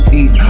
eat